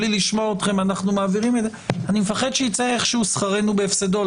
בלי לשמוע אתכם אנו מעבירים - אני פוחד שייצא שכרנו בהפסדו.